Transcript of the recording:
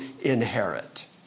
inherit